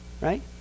right